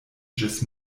ĝis